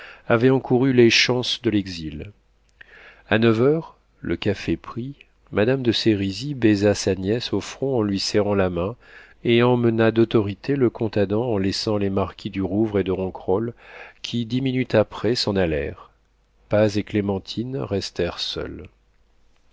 avait encouru les chances de l'exil a neuf heures le café pris madame de sérizy baisa sa nièce au front en lui serrant la main et emmena d'autorité le comte adam en laissant les marquis du rouvre et de ronquerolles qui dix minutes après s'en allèrent paz et clémentine restèrent seuls